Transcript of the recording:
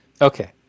Okay